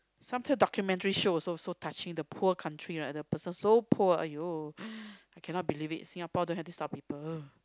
sometime documentary show also so touching the poor country right the person so poor !aiyo! I cannot believe it Singapore don't have this type of people